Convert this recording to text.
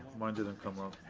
mine didn't come up.